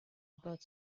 about